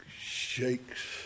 shakes